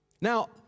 Now